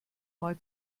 mal